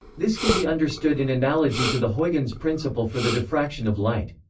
this can be understood in analogy to the huygens principle for the diffraction of light.